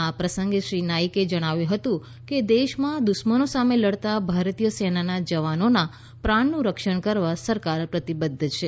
આ પ્રસંગે શ્રી નાથિકે જણાવ્યું હતું કે દેશમાં દુશ્મનો સામે લડતા ભારતીય સેનાના જવાનોના પ્રાણોનું રક્ષણ કરવા સરકાર પ્રતિબધ્ધ છે